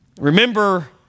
Remember